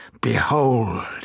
behold